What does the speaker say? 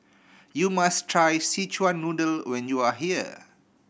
you must try Szechuan Noodle when you are here